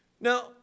Now